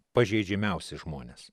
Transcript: pažeidžiamiausi žmonės